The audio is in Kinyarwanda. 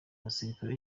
abasirikare